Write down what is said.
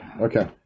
Okay